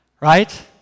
right